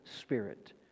Spirit